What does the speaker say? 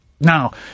Now